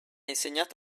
insegnato